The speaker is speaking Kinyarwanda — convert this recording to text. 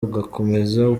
ugakomeza